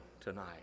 tonight